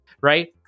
right